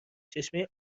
چشمه